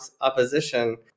opposition